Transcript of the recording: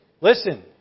Listen